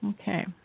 okay